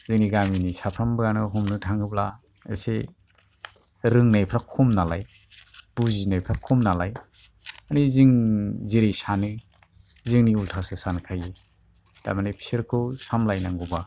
जोंनि गामिनियानो साफ्रोमबो हमनो थाङोब्ला एसे रोंनायफ्रा खम नालाय बुजिनायफ्रा खम नालाय माने जों जेरै सानो जोंनि उल्टासो सानखायो थार्मेन बिसोरखौ सामलायनांगौबा